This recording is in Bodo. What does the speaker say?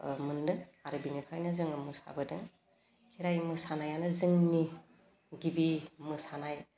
ओह मोन्दों आरो बेनिफ्रायो जोङो मोसाबोदों खेराइ मोसानायानो जोंनि गिबि मोसानाय